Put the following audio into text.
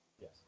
Yes